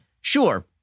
Sure